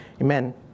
Amen